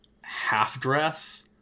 half-dress